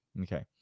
Okay